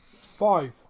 Five